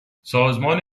سازمان